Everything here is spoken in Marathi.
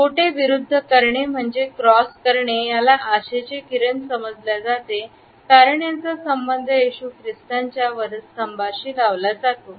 बोटे विरुद्ध करणे म्हणजेच क्रॉस करणे याला आशेचे किरण समजल्या जाते कारण याचा संबंध येशू ख्रिस्ताच्या वधस्तंभाशी लावला जातो